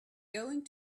going